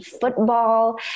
football